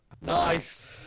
Nice